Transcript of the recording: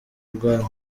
rwanda